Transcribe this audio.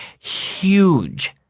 huge.